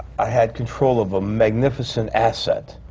i had control of a magnificent asset.